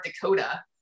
Dakota